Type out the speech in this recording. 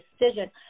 decision